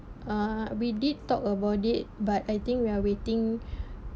uh we did talk about it but I think we are waiting